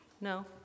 No